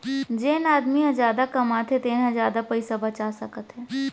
जेन आदमी ह जादा कमाथे तेन ह जादा पइसा बचा सकत हे